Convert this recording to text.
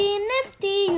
nifty